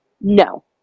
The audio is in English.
No